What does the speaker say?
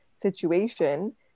situation